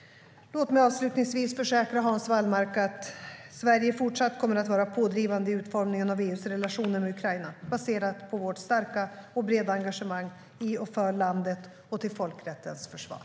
Låt mig avslutningsvis försäkra Hans Wallmark att Sverige även i fortsättningen kommer att vara pådrivande i utformningen av EU:s relationer med Ukraina, baserat på vårt starka och breda engagemang i och för landet och till folkrättens försvar.